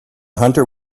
hunter